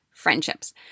friendships